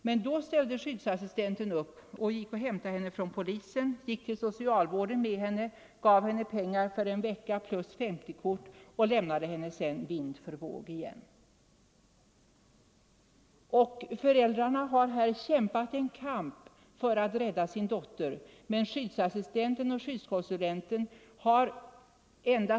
Men då = Alkoholoch ställde skyddsassistenten upp; hämtade henne hos polisen, gick till so — narkotikamissbrucialvården med henne, gav henne pengar för en vecka plus ett 50-kort — ket inom kriminaloch lämnade henne vind för våg igen. Föräldrarna har kämpat för att — vårdens anstalter, rädda sin dotter. Men skyddsassistenten och skyddskonsulenten har en = mm.m.